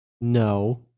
No